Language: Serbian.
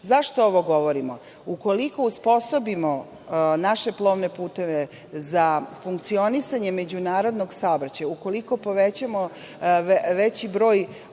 ovo govorimo? Ukoliko osposobimo naše plovne puteve za funkcionisanje međunarodnog saobraćaja, ukoliko povećamo veći broj